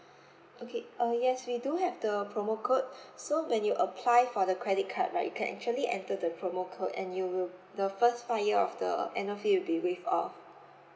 okay uh yes we do have the promo code so when you apply for the credit card right you can actually enter the promo code and you will the first five year of the annual fee will be waived off